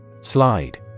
Slide